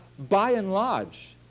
by and large,